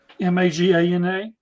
M-A-G-A-N-A